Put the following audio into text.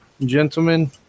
Gentlemen